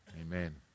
Amen